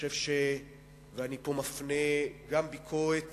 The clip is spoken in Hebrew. ופה אני מפנה גם ביקורת